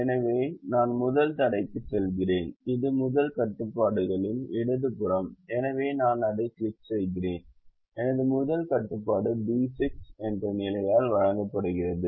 எனவே நான் முதல் தடைக்குச் செல்கிறேன் இது முதல் கட்டுப்பாடுகளின் இடது புறம் எனவே நான் அதைக் கிளிக் செய்கிறேன் எனது முதல் கட்டுப்பாடு B6 என்ற நிலையால் வழங்கப்படுகிறது